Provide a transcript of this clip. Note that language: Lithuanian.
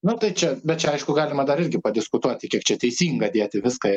nu tai čia bet čia aišku galima dar irgi padiskutuoti kiek čia teisinga dėti viską